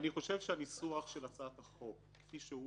אני חושב שהניסוח של הצעת החוק כפי שהיא